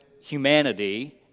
humanity